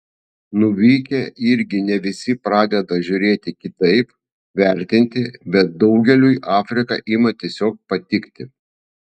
nuvykę irgi ne visi pradeda žiūrėti kitaip vertinti bet daugeliui afrika ima tiesiog patikti